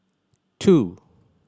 two